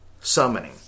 summoning